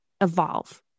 evolve